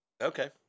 Okay